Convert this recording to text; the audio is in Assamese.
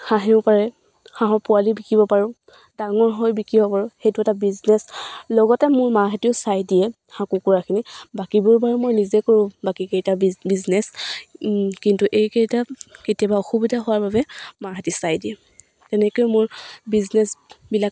হাঁহেও পাৰে হাঁহৰ পোৱালি বিকিব পাৰোঁ ডাঙৰ হৈ বিকিব পাৰোঁ সেইটো এটা বিজনেছ লগতে মোৰ মাহঁতেও চাই দিয়ে হাঁহ কুকুৰাখিনি বাকীবোৰ বাৰু মই নিজে কৰোঁ বাকীকেইটা বিজ বিজনেছ কিন্তু এইকেইটাত কেতিয়াবা অসুবিধা হোৱাৰ বাবে মাহঁতে চাই দিয়ে তেনেকৈ মোৰ বিজনেছবিলাক